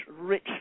rich